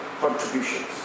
contributions